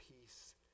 peace